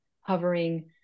hovering